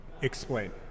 explain